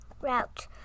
route